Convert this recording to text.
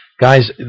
Guys